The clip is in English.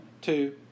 two